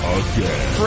again